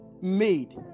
made